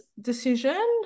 decision